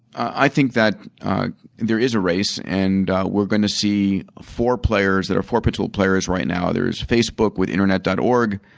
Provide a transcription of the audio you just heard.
i think that there is a race and we are going to see four players. there are four potential players right now. there is facebook with internet dot org.